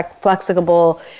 flexible